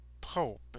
Pope